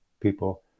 people